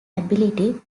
ability